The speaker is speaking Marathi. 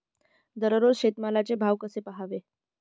दररोज शेतमालाचे भाव कसे पहावे?